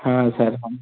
हाँ सर